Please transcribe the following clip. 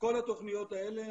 כל התוכניות האלה,